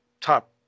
top